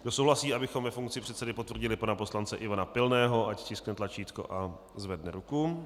Kdo souhlasí, abychom ve funkci předsedy potvrdili pana poslance Ivana Pilného, ať stiskne tlačítko a zvedne ruku.